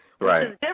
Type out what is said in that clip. Right